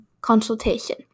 consultation